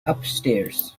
upstairs